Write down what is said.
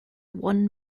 one